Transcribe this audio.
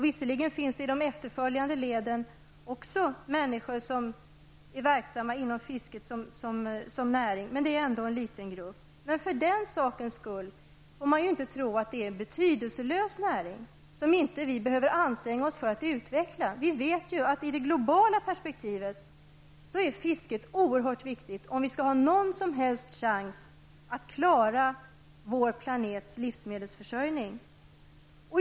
Visserligen finns det i de efterföljande leden också människor som är verksamma inom fisket som näring. Men det är ändå en liten grupp. För den sakens skull får man inte tro att det är en betydelselös näring som inte vi behöver anstränga oss för att utveckla. Vi vet att i det globala perspektivet är fisket oerhört viktigt om vi skall ha någon som helst chans att klara vår planets livsmedelsförsörjning.